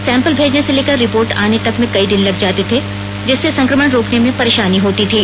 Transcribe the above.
sample भेजने से लेकर रिपोर्ट आने तक में कई दिन लग जाते थे जिससे संक्रमण रोकने में परेशानी होती थी